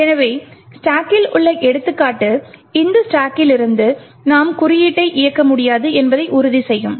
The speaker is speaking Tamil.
எனவே ஸ்டாக்கில் உள்ள எடுத்துக்காட்டு இந்த ஸ்டாக்கிலிருந்து நாம் குறியீட்டை இயக்க முடியாது என்பதை உறுதி செய்யும்